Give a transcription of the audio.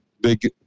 big